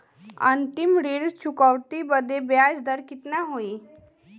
अंतिम ऋण चुकौती बदे ब्याज दर कितना होई?